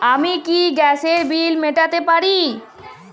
আমি কি গ্যাসের বিল মেটাতে পারি?